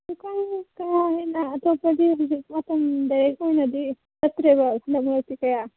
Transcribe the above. ꯍꯧꯖꯤꯛꯀꯥꯟ ꯀꯌꯥ ꯍꯦꯟꯅ ꯑꯇꯣꯞꯄꯗꯤ ꯍꯧꯖꯤꯛ ꯃꯇꯝꯗ ꯑꯣꯏꯅꯗꯤ ꯆꯠꯇ꯭ꯔꯦꯕ ꯍꯟꯗꯛ ꯃꯔꯛꯁꯤ ꯀꯌꯥ